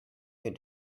can